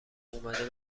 اومده